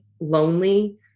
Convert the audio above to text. lonely